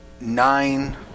nine